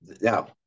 Now